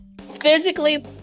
physically